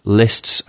lists